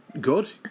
Good